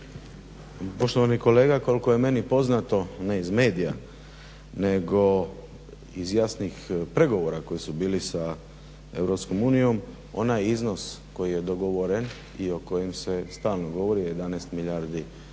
Poštovani kolega koliko je meni poznato, ne iz medija nego iz jasnih pregovora koji su bili sa EU, onaj iznos koji je dogovoren i o kojem se stalno govori je 11 milijardi i